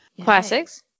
classics